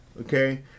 okay